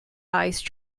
ice